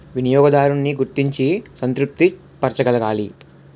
వినియోగదారున్ని గుర్తించి సంతృప్తి పరచగలగాలి